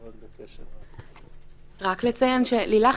לילך,